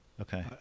Okay